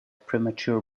premature